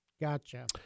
Gotcha